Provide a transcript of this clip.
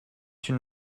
une